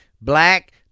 black